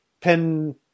Pen